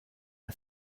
are